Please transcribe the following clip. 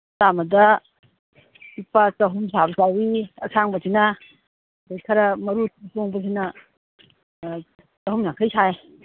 ꯑꯃꯗ ꯂꯨꯄꯥ ꯆꯍꯨꯝ ꯁꯥꯕꯁꯨ ꯌꯥꯎꯋꯤ ꯑꯁꯥꯡꯕꯁꯤꯅ ꯑꯗꯒꯤ ꯈꯔ ꯃꯔꯨ ꯇꯣꯡꯕꯁꯤꯅ ꯆꯍꯨꯝ ꯌꯥꯡꯈꯩ ꯁꯥꯏ